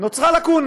נוצרה לקונה